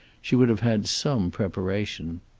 she would have had some preparation.